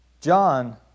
John